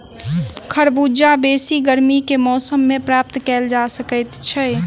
खरबूजा बेसी गर्मी के मौसम मे प्राप्त कयल जा सकैत छै